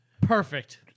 Perfect